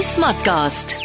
Smartcast